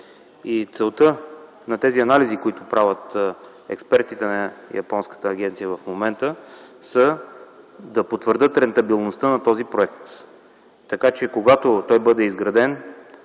и целта на тези анализи, които правят експертите на японската агенция в момента, са да потвърдят рентабилността на този проект. Така че, когато той бъде изграден